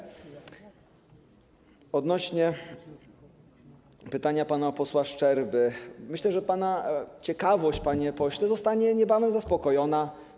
Odnośnie do pytania pana posła Szczerby myślę, że pana ciekawość, panie pośle, zostanie niebawem zaspokojona.